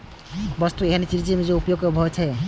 वस्तु एहन चीज छियै, जेकर उपयोग या उपभोग भए सकै छै